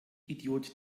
idiot